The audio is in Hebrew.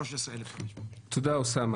13,500. תודה, אוסאמה.